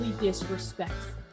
disrespectful